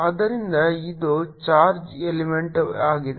ಆದ್ದರಿಂದ ಇದು charge element ಆಗಿದೆ